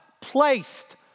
placed